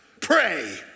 pray